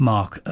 Mark